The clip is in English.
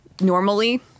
normally